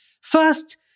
First